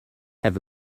have